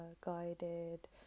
guided